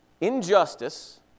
injustice